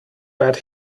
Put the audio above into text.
but